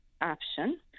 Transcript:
option